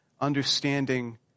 understanding